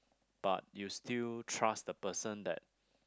but you still trust the person that